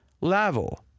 level